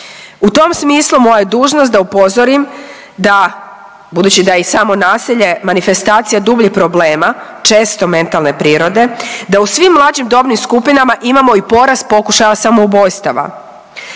U tom smislu moja je dužnost da upozorim da, budući da je i samo nasilje manifestacija dubljih problema često mentalne prirode, da u svim mlađim dobnim skupinama imamo i porast pokušaja samoubojstava.